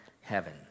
heaven